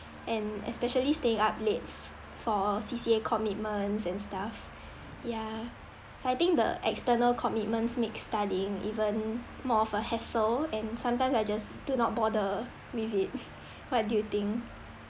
and especially staying up late for C_C_A commitments and stuff ya so I think the external commitments make studying even more of a hassle and sometimes I just do not bother with it what do you think